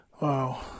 Wow